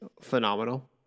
phenomenal